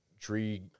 tree